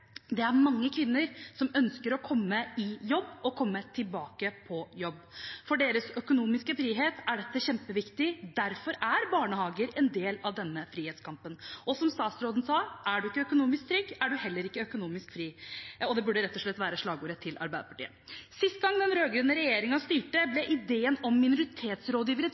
Det er mange kvinner som ønsker å komme i jobb, eller å komme tilbake på jobb. For deres økonomiske frihet er dette kjempeviktig. Derfor er barnehager en del av denne frihetskampen. Som statsråden sa: Er man ikke økonomisk trygg, er man heller ikke økonomisk fri. Det burde rett og slett være slagordet til Arbeiderpartiet. Sist gang en rød-grønn regjering styrte, ble ideen om minoritetsrådgivere